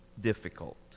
difficult